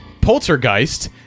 Poltergeist